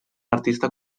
artista